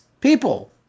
people